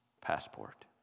passport